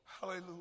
hallelujah